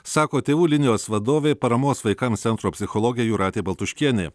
sako tėvų linijos vadovė paramos vaikams centro psichologė jūratė baltuškienė